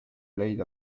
leida